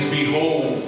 behold